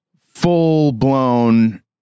full-blown